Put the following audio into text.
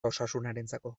osasunarentzako